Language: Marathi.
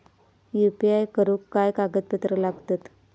यू.पी.आय करुक काय कागदपत्रा लागतत?